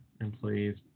employees